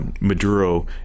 Maduro